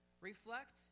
Reflect